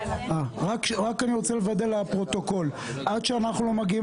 אני רק רוצה לוודא לפרוטוקול: עד שאנחנו לא מגיעים